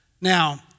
Now